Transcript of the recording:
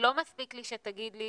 לא מספיק לי שתגיד לי